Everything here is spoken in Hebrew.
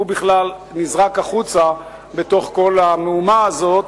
בכלל נזרק החוצה בתוך כל המהומה הזאת,